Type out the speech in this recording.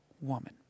woman